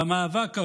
במאבק ההוא,